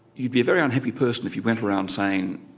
you'd be a very unhappy person if you went around saying,